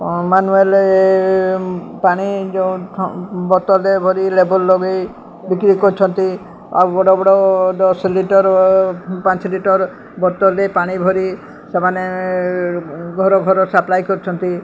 manual ପାଣି ଯେଉଁ ବୋତଲରେ ଭରି ଲେବଲ ଲଗେଇ ବିକ୍ରି କରୁଛନ୍ତି ଆଉ ବଡ଼ ବଡ଼ ଦଶ ଲିଟର ପାଞ୍ଚ ଲିଟର ବୋତଲରେ ପାଣି ଭରି ସେମାନେ ଘର ଘର ସାପ୍ଲାଇ କରୁଛନ୍ତି